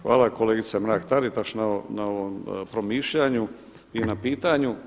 Hvala kolegica Mrak-Taritaš na ovom promišljanju i na pitanju.